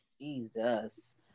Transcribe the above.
Jesus